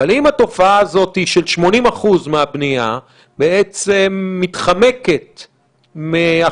אבל אם את התופעה הזאת של 80% מהבנייה שבעצם מתחמקת מאכיפה,